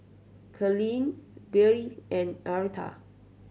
Carleen Billye and Aretha